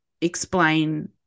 explain